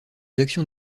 actions